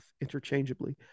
interchangeably